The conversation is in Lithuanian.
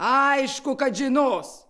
aišku kad žinos